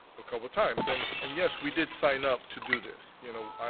a couple times, and, and yes, we did sign up to do this, you know.